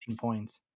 points